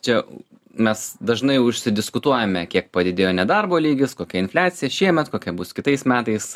čia mes dažnai užsidiskutuojame kiek padidėjo nedarbo lygis kokia infliacija šiemet kokia bus kitais metais